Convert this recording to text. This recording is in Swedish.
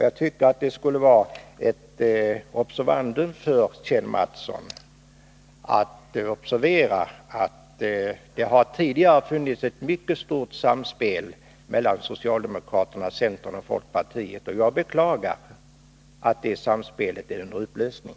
Jag tycker att Kjell Mattsson borde observera att det tidigare har funnits en mycket gott samspel mellan socialdemokraterna, centern och folkpartiet. Jag beklagar att det samspelet är under upplösning.